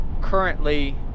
currently